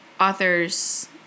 authors